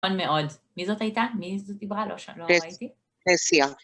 תודה רבה מאוד. מי זאת הייתה? מי זאת דיברה? לא ראיתי? תסיעה.